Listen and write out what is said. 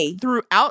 throughout